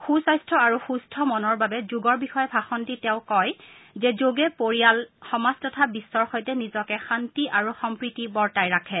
সু স্বাস্থ্য আৰু সুস্থ মনৰ বাবে যোগৰ বিষয়ে ভাষণ দি তেওঁ কয় যে যোগে পৰিয়াল সমাজ তথা বিশ্বৰ সৈতে নিজকে শান্তি আৰু সম্প্ৰীতি বৰ্তাই ৰাখে